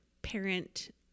parent